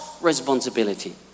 responsibility